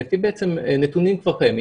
לפי בעצם נתונים שכבר קיימים.